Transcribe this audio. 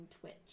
Twitch